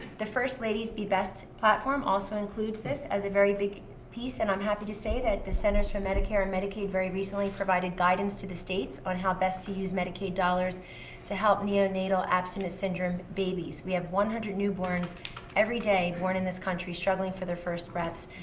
the first lady's be best platform also includes this as a very big piece, and i'm happy to say that the centers for medicare and medicaid very recently provided guidance to the states on how best to use medicaid dollars to help neonatal abstinence syndrome babies. we have one hundred newborns every day born in this country struggling for their first breaths.